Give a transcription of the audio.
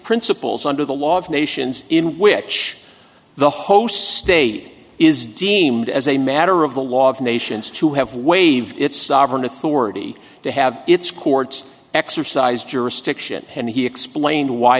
principles under the law of nations in which the host stated is deemed as a matter of the law of nations to have waived its sovereign authority to have its courts exercise jurisdiction and he explained why